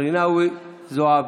רינאוי זועבי.